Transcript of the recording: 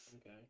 Okay